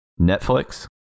Netflix